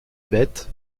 bêtes